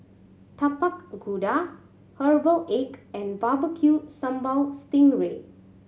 Tapak Kuda herbal egg and barbeque sambal sting ray